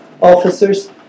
officers